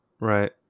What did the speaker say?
right